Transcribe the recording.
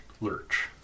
Lurch